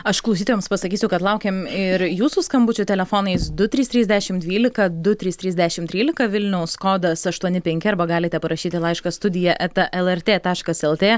aš klausytojams pasakysiu kad laukiam ir jūsų skambučių telefonais du trys trys dešim dvylika du trys trys dešim trylika vilniaus kodas aštuoni penki arba galite parašyti laišką studija eta lrt taškas lt